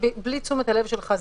בלי תשומת הלב שלך,